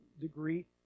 degree